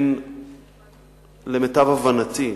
למיטב הבנתי,